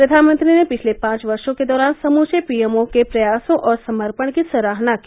प्रधानमंत्री ने पिछले पांच वर्षों के दौरान समूवे पी एम ओ के प्रयासों और समर्पण की सराहना की